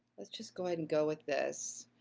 let's just go ahead and go with this.